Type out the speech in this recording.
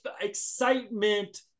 excitement